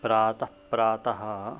प्रातःप्रातः